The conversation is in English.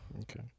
Okay